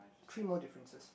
three more differences